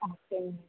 ஆ சரிங்க